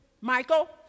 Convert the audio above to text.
Michael